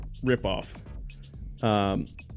ripoff